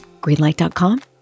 Greenlight.com